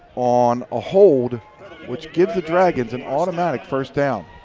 on a hold which gives the dragons an automatic first down.